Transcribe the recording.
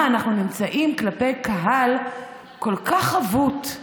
אנחנו נמצאים כלפי קהל כל כך חבוט,